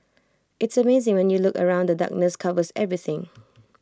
it's amazing when you look around and the darkness covers everything